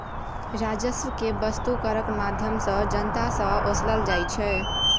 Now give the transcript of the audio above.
राजस्व केँ बस्तु करक माध्यमसँ जनता सँ ओसलल जाइ छै